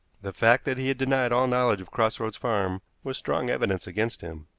the fact that he had denied all knowledge of cross roads farm was strong evidence against him.